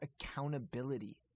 accountability